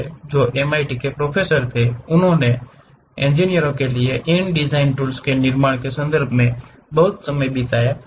जो MIT में professor थे और उन्होंने इंजीनियरों के लिए इन डिज़ाइन टूल्स के निर्माण के संदर्भ में बहुत समय बिताया है